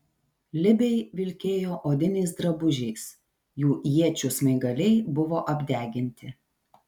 libiai vilkėjo odiniais drabužiais jų iečių smaigaliai buvo apdeginti